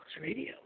Radio